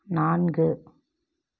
நான்கு